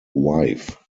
wife